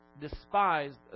despised